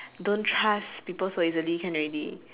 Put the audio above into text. don't trust people so easily can already